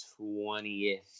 20th